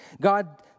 God